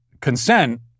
consent